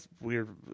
weird